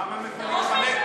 אז למה מפנים חמש,